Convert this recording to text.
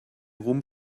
ruhm